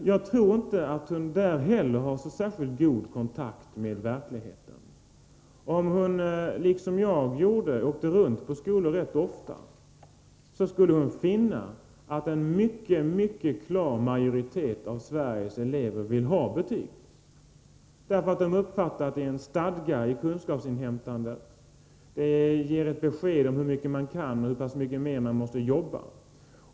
Jag tror inte att hon där heller har särskilt god kontakt med verkligheten. Om hon liksom jag, åkte runt och besökte skolor rätt ofta, skulle hon finna att en mycket, mycket klar majoritet av Sveriges elever vill ha betyg, därför att de uppfattar att betyg är en stadga i kunskapsinhämtandet. De ger besked om hur mycket man kan och hur pass mycket mer man måste arbeta.